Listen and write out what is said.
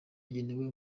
yagenewe